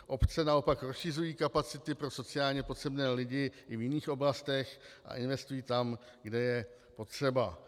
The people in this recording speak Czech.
Obce naopak rozšiřují kapacity pro sociálně potřebné lidi i v jiných oblastech a investují tam, kde je potřeba.